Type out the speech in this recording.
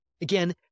Again